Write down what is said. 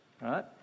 right